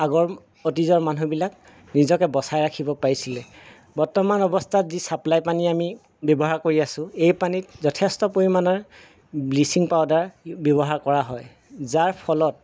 আগৰ অতীজৰ মানুহবিলাক নিজকে বচাই ৰাখিব পাৰিছিলে বৰ্তমান অৱস্থাত যি ছাপ্লাই পানী আমি ব্যৱহাৰ কৰি আছোঁ এই পানীত যথেষ্ট পৰিমাণৰ ব্লিচিং পাউডাৰ ব্যৱহাৰ কৰা হয় যাৰ ফলত